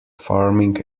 farming